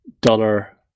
dollar